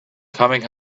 coming